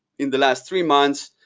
in the last three months,